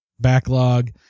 backlog